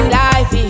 life